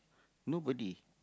nobody